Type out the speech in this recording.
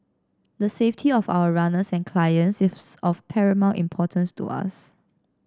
the safety of our runners and clients is of paramount importance to us